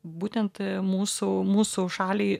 būtent mūsų mūsų šaliai